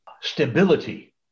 stability